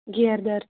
گیرٕ دار